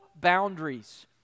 boundaries